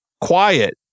quiet